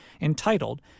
entitled